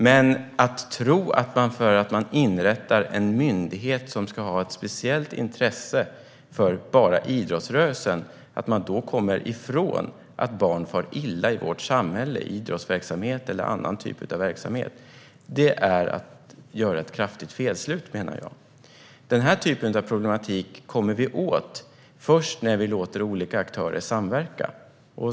Men att tro att man, för att man inrättar en myndighet som ska ha ett speciellt intresse enbart för idrottsrörelsen, kommer ifrån att barn far illa i vårt samhälle - i idrottsverksamhet eller annan typ av verksamhet - menar jag är att göra ett kraftigt felslut. Denna typ av problematik kommer vi åt först när vi låter olika aktörer samverka.